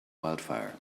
wildfire